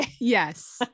yes